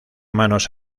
manos